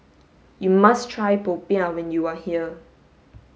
you must try popiah when you are here